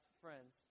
friends